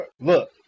Look